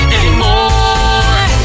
anymore